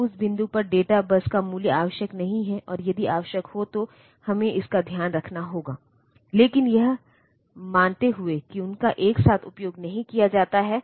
तो उस बिंदु पर डेटा बस का मूल्य आवश्यक नहीं है और यदि आवश्यक हो तो हमें इसका ध्यान रखना होगा लेकिन यह मानते हुए कि उनका एक साथ उपयोग नहीं किया जाता है